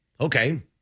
Okay